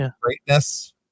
greatness